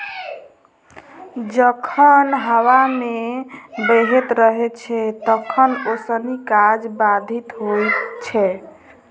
जखन हबा नै बहैत रहैत छै तखन ओसौनी काज बाधित होइत छै